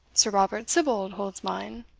sir robert sibbald holds mine.